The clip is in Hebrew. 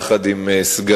יחד עם סגנו,